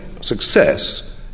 success